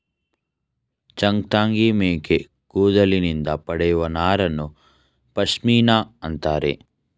ಚಾಂಗ್ತಂಗಿ ಮೇಕೆ ಕೂದಲಿನಿಂದ ಪಡೆಯುವ ನಾರನ್ನು ಪಶ್ಮಿನಾ ಅಂತರೆ